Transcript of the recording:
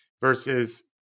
versus